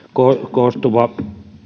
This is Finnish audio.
koostuva